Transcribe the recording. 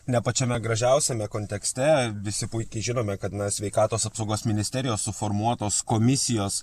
ne pačiame gražiausiame kontekste visi puikiai žinome kad sveikatos apsaugos ministerijos suformuotos komisijos